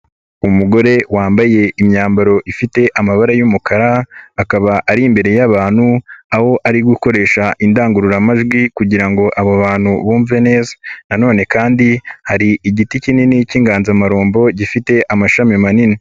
Umugore wambaye imyambaro ifite amabara y'umukara, akaba ari imbere y'abantu, aho ari gukoresha indangururamajwi kugira ngo abo bantu bumve neza na none kandi hari igiti kinini cy'inganzamarumbo, gifite amashami manini.